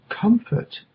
comfort